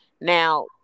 Now